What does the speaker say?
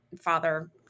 father